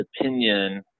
opinion